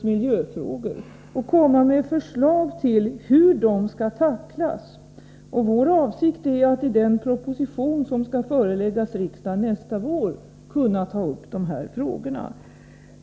miljöfrågorna beträffande torven och komma med förslag till hur de skall tacklas. Vår avsikt är att i den proposition som skall föreläggas riksdagen nästa vår ta upp dessa frågor.